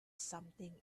something